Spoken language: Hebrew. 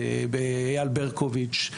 אייל ברקוביץ,